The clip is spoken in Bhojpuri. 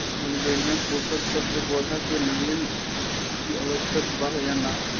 मॉलिबेडनम पोषक तत्व पौधा के लेल अतिआवश्यक बा या न?